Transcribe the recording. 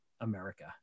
America